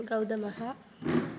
गौतमः